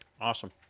Awesome